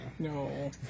No